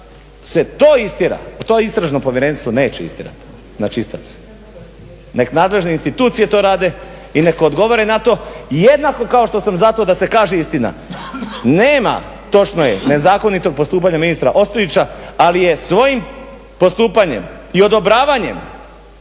se to istjera, ali to Istražno povjerenstvo neće istjerati na čistac. Neka nadležne institucije to rade i neka odgovore na to jednako kao što sam za to da se kaže istina nema, točno je, nezakonitog postupanja ministra Ostojića ali je svojim postupanjem i odobravanjem